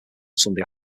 sunday